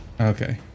Okay